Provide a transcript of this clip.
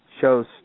shows